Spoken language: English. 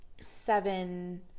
seven